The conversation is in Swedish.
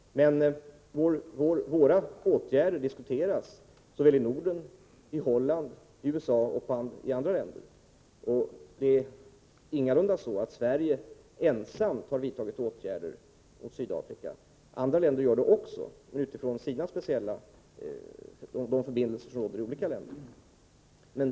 Men våra åtgärder diskuteras i Norden, Holland, USA och andra länder. Det är ingalunda så att Sverige ensamt har vidtagit åtgärder mot Sydafrika. Även andra länder gör det utifrån sina speciella förbindelser.